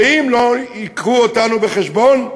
ואם לא יביאו אותנו בחשבון,